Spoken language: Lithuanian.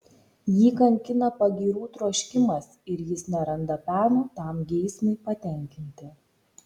jį kankina pagyrų troškimas ir jis neranda peno tam geismui patenkinti